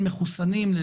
מודלים שקורסים.